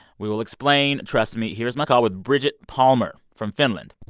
we will explain. trust me. here's my call with bridget palmer from finland